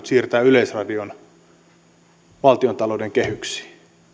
siirtää yleisradion valtiontalouden kehyksiin